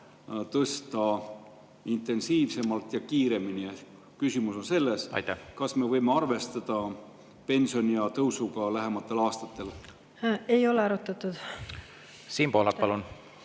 intensiivsemalt ja kiiremini tõsta? Küsimus on selles, kas me võime arvestada pensioniea tõusuga lähematel aastatel. Ei ole arutatud. Ei ole arutatud.